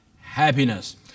happiness